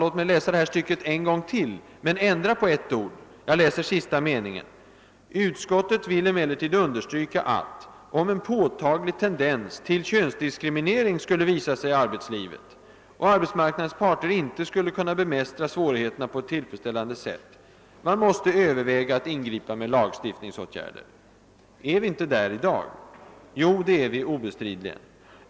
Låt mig läsa sista meningen ur detta citat en gång till men med ändring av ett ord: » Utskottet vill emellertid understryka att, om en påtaglig tendens till könsdiskriminering skulle visa sig i arbetslivet och arbetsmarknadens parter inte skulle kunna bemästra svårigheterna på ett tillfredsställande sätt, man måste överväga att ingripa med lagstiftningsåtgärder.» Är vi inte där i dag? Jo, det är vi obestridligen.